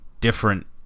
different